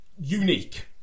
unique